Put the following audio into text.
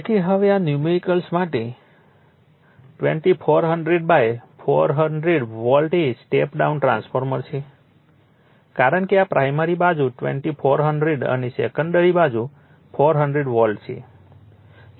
તેથી હવે આ ન્યૂમેરિકલ માટે 2400400 વોલ્ટ એ સ્ટેપ ડાઉન ટ્રાન્સફોર્મર છે કારણ કે આ પ્રાઇમરી બાજુ 2400 અને સેકન્ડરી બાજુ 400 વોલ્ટ છે